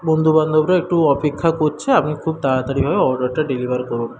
বন্ধুবান্ধবরা একটু অপেক্ষা করছে আপনি খুব তাড়াতাড়িভাবে অর্ডারটা ডেলিভার করুন